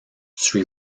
sri